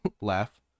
laugh